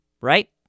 right